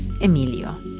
Emilio